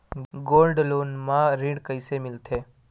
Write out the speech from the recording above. Gold loan म ऋण कइसे मिलथे?